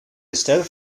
estel